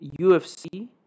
UFC